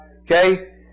Okay